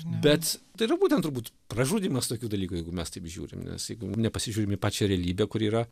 bet tai yra būtent turbūt pražudymas tokių dalykų jeigu mes taip žiūrim nes jeigu nepasižiūrim į pačią realybę kuri yra